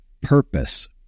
purpose